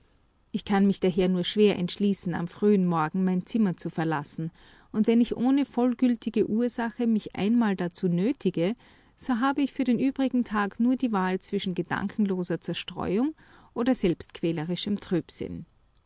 ich kann mich daher nur schwer entschließen am frühen morgen mein zimmer zu verlassen und wenn ich ohne vollgültige ursache mich einmal dazu nötige so habe ich für den übrigen tag nur die wahl zwischen gedankenloser zerstreuung oder selbstquälerischem